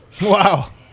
wow